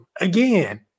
again